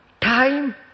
Time